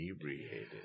inebriated